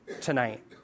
tonight